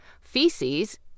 feces